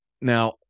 Now